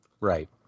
Right